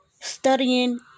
Studying